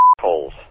holes